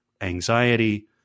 anxiety